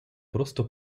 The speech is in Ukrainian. просто